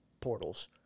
portals